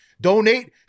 Donate